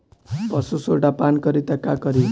पशु सोडा पान करी त का करी?